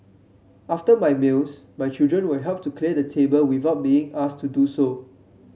after my meals my children will help to clear the table without being asked to do so